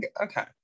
Okay